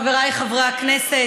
חבריי חברי הכנסת,